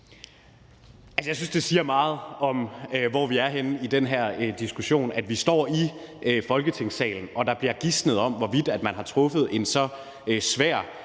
Jeg synes, det siger meget om, hvor vi er henne i den her diskussion, at vi står i Folketingssalen, og at der bliver gisnet om, hvorvidt det, at man har truffet en så svær